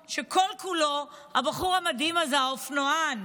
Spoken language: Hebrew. הבחור המדהים הזה, האופנוען